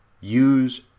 use